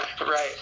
right